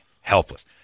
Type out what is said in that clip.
helpless